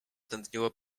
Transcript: tętniło